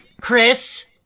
Chris